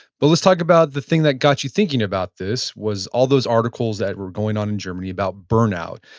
but, let's talk about the thing that got you thinking about this was all those articles that were going on in germany about burnout,